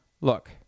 look